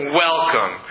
welcome